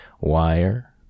wire